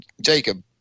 Jacob